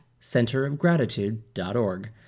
centerofgratitude.org